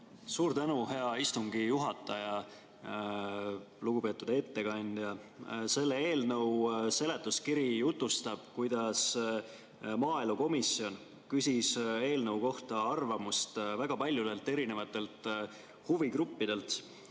Suur tänu, hea istungi juhataja! Lugupeetud ettekandja! Selle eelnõu seletuskiri jutustab, kuidas maaelukomisjon küsis eelnõu kohta arvamust väga paljudelt erinevatelt huvigruppidelt.